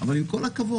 אבל עם כל הכבוד,